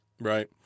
right